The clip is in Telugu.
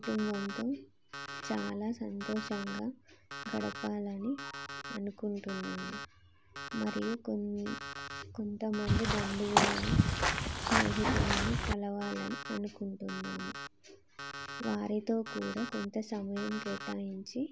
కుటుంబంతో చాలా సంతోషంగా గడపాలని అనుకుంటున్నాము మరియు కొం కొంతమంది బంధువులని స్నేహితులని కలవాలని అనుకుంటున్నాము వారితో కూడా కొంత సమయం కేటాయించి